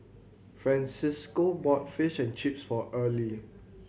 Francesco bought Fish and Chips for Earle